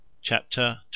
Chapter